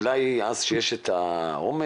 אולי אז כשיש את העומס